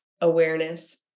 awareness